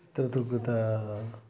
ಚಿತ್ರದುರ್ಗದ